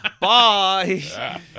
bye